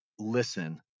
listen